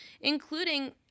including